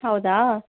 ಹೌದಾ